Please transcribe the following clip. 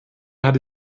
hatte